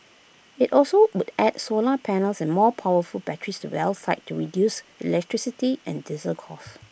IT also would add solar panels and more powerful batteries to well sites to reduce electricity and diesel costs